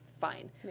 fine